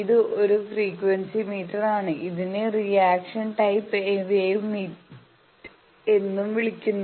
ഇത് ഒരു ഫ്രീക്വൻസി മീറ്ററാണ് ഇതിനെ റിയാക്ഷൻ ടൈപ്പ് വേവ് മീറ്റർ എന്നും വിളിക്കുന്നു